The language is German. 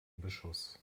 beschuss